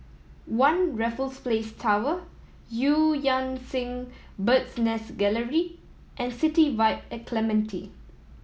One Raffles Place Tower Eu Yan Sang Bird's Nest Gallery and City Vibe at Clementi